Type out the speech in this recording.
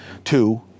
two